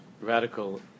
radical